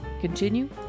continue